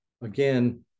Again